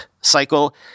cycle